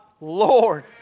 Lord